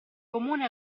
comune